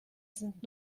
sind